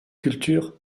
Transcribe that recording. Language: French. culture